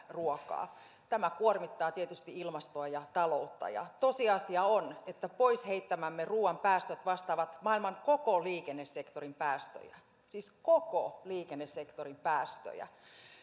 ruokaa tämä kuormittaa tietysti ilmastoa ja taloutta ja tosiasia on että pois heittämämme ruuan päästöt vastaavat maailman koko liikennesektorin päästöjä siis koko liikennesektorin päästöjä